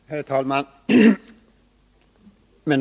Herr talman!